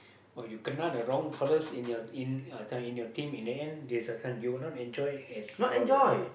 !wow! you kena the wrong fellas in your in uh this one your team in the end uh this one you will not enjoy at all lah